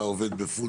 כדי שהפח לא יהיה מלא.